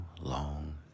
long